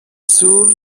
sur